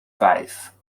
vijf